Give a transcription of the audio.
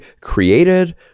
created